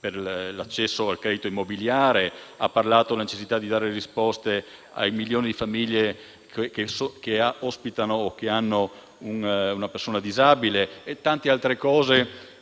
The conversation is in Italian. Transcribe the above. per l'accesso al credito immobiliare; ha parlato della necessità di dare risposte ai milioni di famiglie che hanno una persona disabile e di tante altre cose